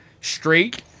straight